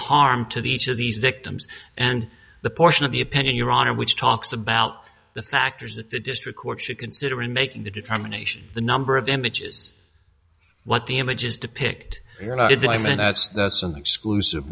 harm to the each of these victims and the portion of the opinion your honor which talks about the factors that the district court should consider in making the determination the number of images what the images depict i mean that's that's an exclusive